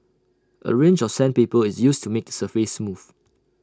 A range of sandpaper is used to make the surface smooth